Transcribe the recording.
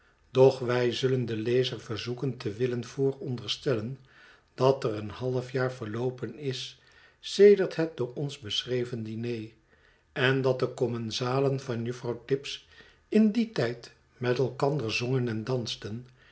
wij zullen den lezer verzoeken te willen vooronderstellen dat er een half jaar verloopen is sedert het door ons beschreven diner en dat de commensalen van juffrouw tibbs in dien tijd met elkander zongen endansten